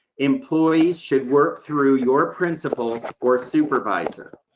employees should work through your principal or supervisor.